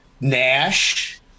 Nash